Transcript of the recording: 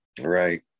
Right